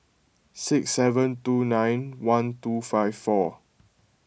six seven two nine one two five four